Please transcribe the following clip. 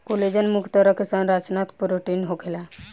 collagen मुख्य तरह के संरचनात्मक प्रोटीन होखेला